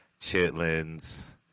chitlins